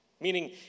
meaning